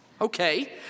Okay